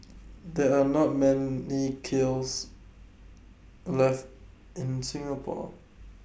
there are not many kilns left in Singapore